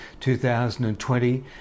2020